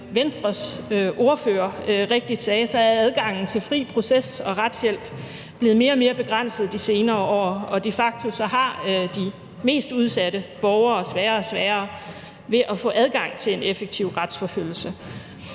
Som Venstres ordfører rigtigt sagde, er adgangen til fri proces og retshjælp blevet mere og mere begrænset de senere år, og de facto har de mest udsatte borgere sværere og sværere ved at få adgang til en effektiv retsforfølgelse.